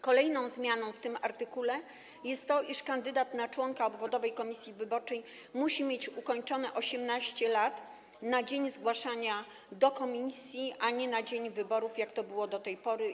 Kolejną zmianą w tym artykule jest to, iż kandydat na członka obwodowej komisji wyborczej musi mieć ukończone 18 lat na dzień zgłaszania do komisji, a nie na dzień wyborów, jak to było do tej pory.